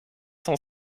cent